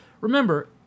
remember